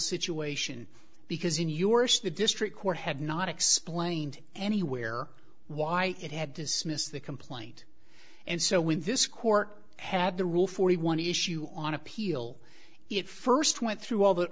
situation because in your show the district court had not explained anywhere why it had dismissed the complaint and so when this court had the rule forty one issue on appeal it first went through all the